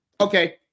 okay